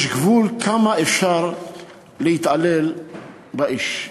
יש גבול כמה אפשר להתעלל באיש.